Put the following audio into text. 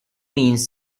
means